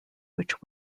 which